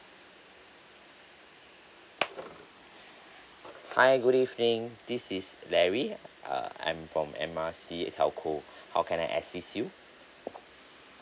hi good evening this is larry uh I'm from M R C telco how can I assist you